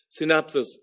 synapses